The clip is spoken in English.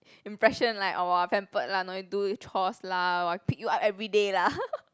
impression like oh !wah! pampered lah no need do chores lah !wah! pick you up everyday lah